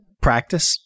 practice